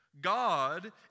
God